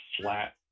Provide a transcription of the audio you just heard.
flat